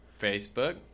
Facebook